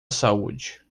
saúde